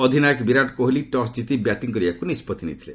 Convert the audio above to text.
ଅଧିନାୟକ ବିରାଟ କୋହିଲି ଟସ୍ କିତି ବ୍ୟାଟିଂ କରିବାକ୍ ନିଷ୍କଭି ନେଇଥିଲେ